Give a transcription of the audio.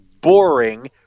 boring